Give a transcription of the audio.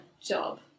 job